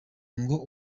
ngo